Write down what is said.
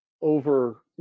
over